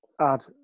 add